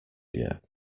yet